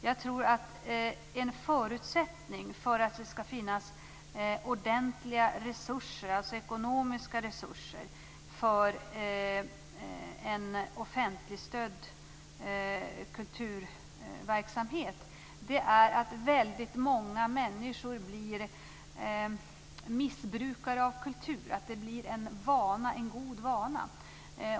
Jag tror att en förutsättning för att det skall finnas ordentliga resurser, alltså ekonomiska resurser, för en offentligstödd kulturverksamhet är att väldigt många människor blir "missbrukare" av kultur, alltså att det blir en vana, en god vana.